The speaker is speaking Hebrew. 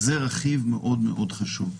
זה רכיב מאוד מאוד חשוב.